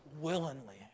willingly